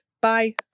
Bye